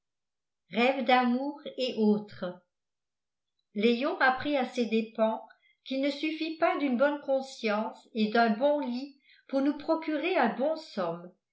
rêves d'amour et autre léon apprit à ses dépens qu'il ne suffit pas d'une bonne conscience et d'un bon lit pour nous procurer un bon somme